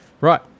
Right